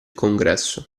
congresso